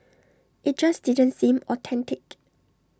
IT just didn't seem authentic